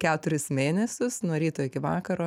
keturis mėnesius nuo ryto iki vakaro